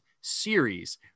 series